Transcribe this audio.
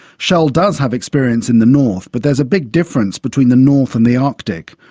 shell does have experience in the north, but there's a big difference between the north and the arctic.